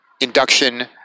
induction